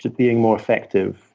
but being more effective,